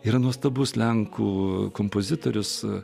yra nuostabus lenkų kompozitorius